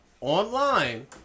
online